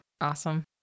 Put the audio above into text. Awesome